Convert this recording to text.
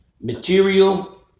material